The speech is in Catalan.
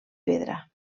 pedra